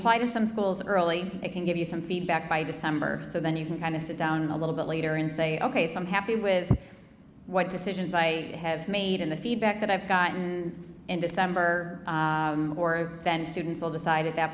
apply to some schools early they can give you some feedback by december so then you can kind of sit down a little bit later and say ok so i'm happy with what decisions i have made in the feedback that i've gotten in december or event students will decide at that